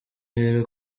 rero